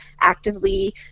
actively